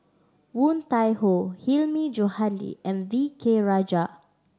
Woon Tai Ho Hilmi Johandi and V K Rajah